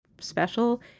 special